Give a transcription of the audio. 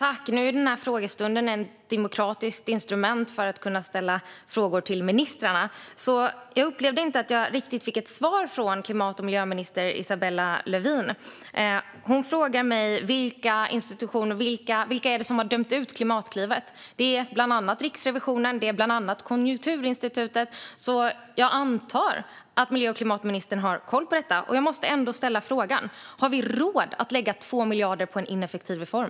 Fru talman! Frågestunden är ett demokratiskt instrument för att vi ska kunna ställa frågor till ministrarna. Men jag upplevde inte riktigt att jag fick svar från miljö och klimatminister Isabella Lövin. Hon frågar mig vilka det är som har dömt ut Klimatklivet. Det är bland annat Riksrevisionen och Konjunkturinstitutet, så jag antar att miljö och klimatministern har koll på detta. Jag måste ändå ställa frågan: Har vi råd att lägga 2 miljarder på en ineffektiv reform?